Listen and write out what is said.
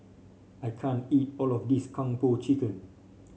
I can't eat all of this Kung Po Chicken